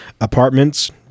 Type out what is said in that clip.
apartments